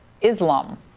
Islam